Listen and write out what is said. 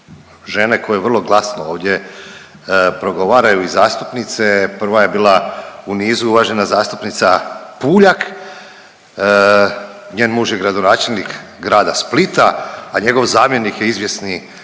žene koje vrlo glasno ovdje progovaraju i zastupnice. Prva je bila u niz uvažena zastupnica Puljak, njen muž je gradonačelnik Grada Splita, a njegov zamjenik je izvjesni